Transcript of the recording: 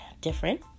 different